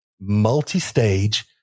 multi-stage